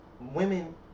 women